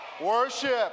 Worship